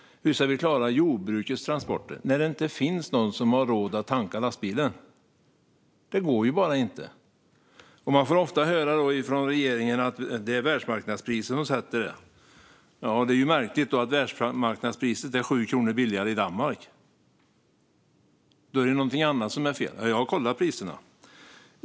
Hur ska vi klara jordbrukets transporter när det inte finns någon som har råd att tanka lastbilen? Det går bara inte. Man får ofta höra från regeringen att det är världsmarknadspriset som sätter priserna. Då är det märkligt att världsmarknadspriset är 7 kronor lägre i Danmark. Det är något annat som är fel. Jag har kollat priserna.